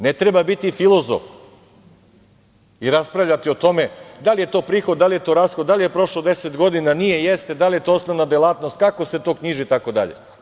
Ne treba biti filozof i raspravljati o tome da li je to prihod, da li je to rashod, da li je prošlo 10 godina, nije, jeste, da li je to osnovna delatnost, kako se to knjiži itd.